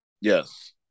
Yes